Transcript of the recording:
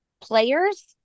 players